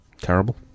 terrible